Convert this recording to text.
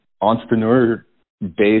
entrepreneur-based